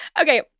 okay